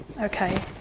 Okay